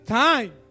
time